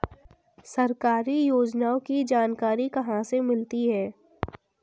सरकारी योजनाओं की जानकारी कहाँ से मिलती है?